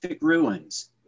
ruins